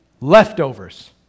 leftovers